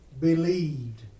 believed